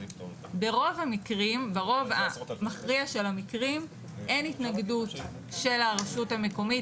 ברוב המכריע של המקרים אין התנגדות של הרשות המקומית,